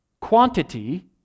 quantity